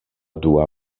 dua